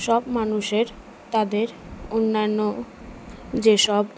সব মানুষের তাদের অন্যান্য যেসব